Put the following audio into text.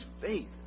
faith